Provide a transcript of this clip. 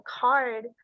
card